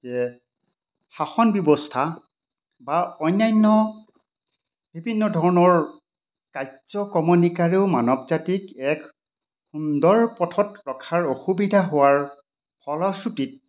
যে শাসন ব্যৱস্থা বা অন্যান্য বিভিন্ন ধৰণৰ কাৰ্য ক্ৰমনিকাৰেও মানৱ জাতিক এক সুন্দৰ পথত ৰখাৰ অসুবিধা হোৱাৰ ফলশ্ৰুতিত